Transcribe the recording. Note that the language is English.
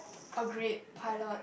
agreed pilot